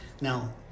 Now